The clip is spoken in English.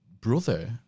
brother